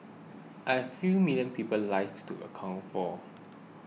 I few million people's lives to account for